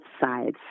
sides